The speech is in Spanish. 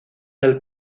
del